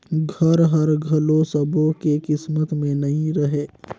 घर हर घलो सब्बो के किस्मत में नइ रहें